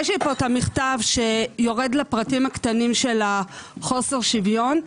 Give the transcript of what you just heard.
יש לי כאן את המכתב שיורד לפרטים הקטנים של חוסר השוויון.